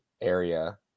area